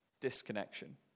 disconnection